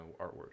artwork